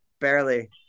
Barely